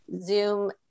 Zoom